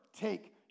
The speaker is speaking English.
take